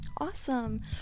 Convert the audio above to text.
Awesome